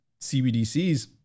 CBDCs